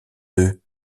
deux